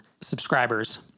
subscribers